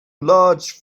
large